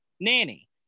nanny